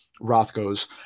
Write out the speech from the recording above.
Rothko's